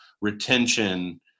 retention